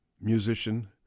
musician